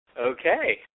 Okay